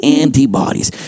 antibodies